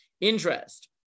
interest